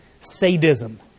sadism